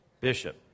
bishop